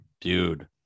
Dude